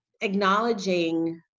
acknowledging